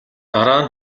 дараа